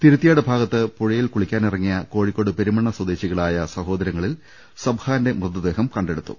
തിരു ത്തിയാട് ഭാഗത്ത് പുഴയിൽ കുളിക്കാനിറങ്ങിയ കോഴിക്കോട് പെരുമണ്ണ സ്വദേശികളായ സഹോദരങ്ങളിൽ സബ്ഹാന്റെ മൃതദേഹം കണ്ടെടുത്തു